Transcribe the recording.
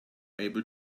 able